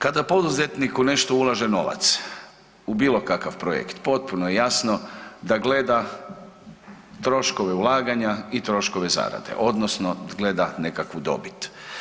Kada poduzetnik u nešto ulaže novac u bilo kakav projekt potpuno je jasno da gleda troškove ulaganja i troškove zarade odnosno gleda nekakvu dobit.